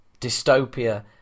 dystopia